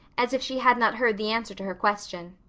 as if she had not heard the answer to her question.